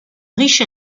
riche